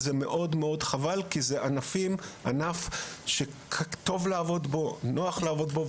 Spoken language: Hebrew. זה מאוד מאוד חבל כי זה ענף שטוב ונוח לעבוד בו.